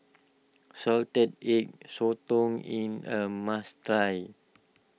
Salted Egg Sotong in a must try